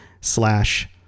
slash